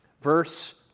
verse